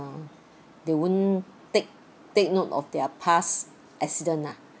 they won't take take note of their past accident ah